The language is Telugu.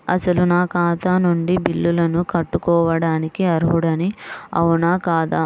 అసలు నా ఖాతా నుండి బిల్లులను కట్టుకోవటానికి అర్హుడని అవునా కాదా?